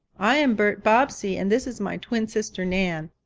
i am bert bobbsey and this is my twin sister nan.